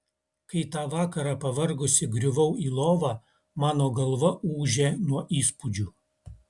kai tą vakarą pavargusi griuvau į lovą mano galva ūžė nuo įspūdžių